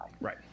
right